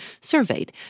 surveyed